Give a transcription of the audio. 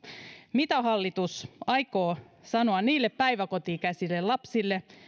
mitä hallitus aikoo sanoa niille päiväkoti ikäisille lapsille